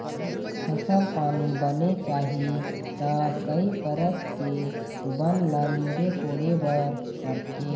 फसल पानी बने चाही त कई परत के बन ल नींदे कोड़े बर परथे